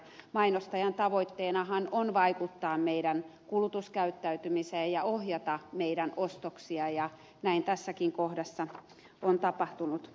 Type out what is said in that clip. mainostajan tavoitteenahan on vaikuttaa meidän kulutuskäyttäytymiseemme ja ohjata meidän ostoksiamme ja näin tässäkin kohdassa on tapahtunut